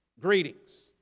greetings